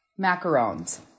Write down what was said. macarons